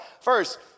First